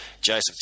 Joseph